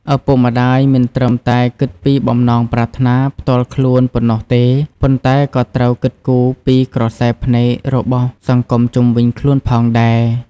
ឪពុកម្ដាយមិនត្រឹមតែគិតពីបំណងប្រាថ្នាផ្ទាល់ខ្លួនប៉ុណ្ណោះទេ ប៉ុន្តែក៏ត្រូវគិតគូរពី ក្រសែភ្នែករបស់សង្គមជុំវិញខ្លួន ផងដែរ។